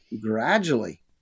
gradually